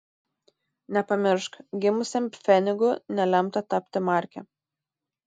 nepamiršk gimusiam pfenigu nelemta tapti marke